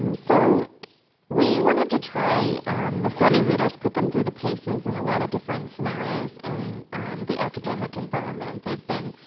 um so we wanted to try the sony readers. put them through the paces in a lot of different scenarios in the academic environment. they've been